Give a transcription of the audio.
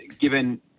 given